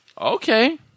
Okay